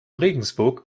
regensburg